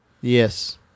yes